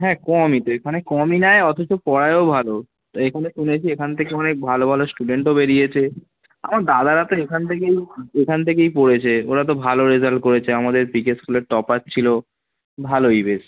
হ্যাঁ কমই তো এখানে কমই নেয় অথচ পড়ায়ও ভালো তো এখানে শুনেছি এখানে থেকে অনেক ভালো ভালো স্টুডেন্টও বেড়িয়েছে আমার দাদারা তো এখান থেকেই এখান থেকেই পড়েছে ওরা তো ভালো রেজাল্ট করেছে আমাদের পিকে স্কুলের টপার ছিলো ভালোই বেশ